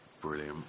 Brilliant